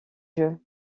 jeux